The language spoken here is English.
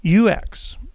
UX